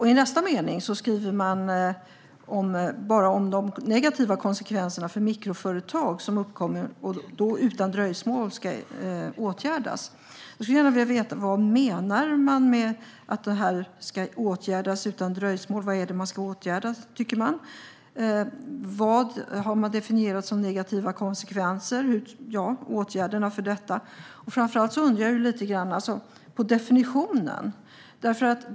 I nästa mening skrivs om de negativa konsekvenser som uppkommer för mikroföretag som utan dröjsmål ska åtgärdas. Jag skulle gärna vilja veta vad som menas med att åtgärda utan dröjsmål. Vad är det som ska åtgärdas? Vad har definierats som negativa konsekvenser? Framför allt ställer jag mig undrande till definitionen.